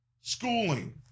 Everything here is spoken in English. Schooling